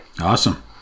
awesome